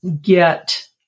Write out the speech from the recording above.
get